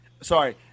sorry